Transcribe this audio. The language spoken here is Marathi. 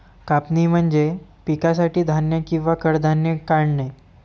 कापणी म्हणजे पिकासाठी धान्य किंवा कडधान्ये काढणे